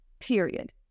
Period